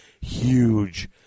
huge